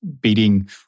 beating